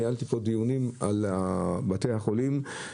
ניהלתי פה דיונים על בתי החולים,